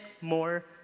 more